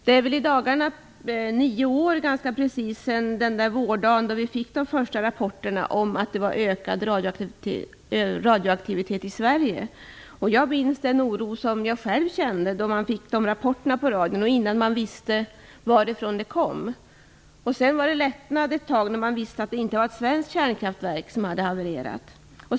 Det är i dagarna nio år sedan den vårdag när vi fick de första rapporterna om ökad radioaktivitet i Sverige. Jag minns den oro som jag själv kände när vi fick dessa rapporter på radion innan man visste varifrån utsläppen kom. Sedan kände man ett tag lättnad, när man fått reda på att det inte var ett svenskt kärnkraftverk som hade havererat.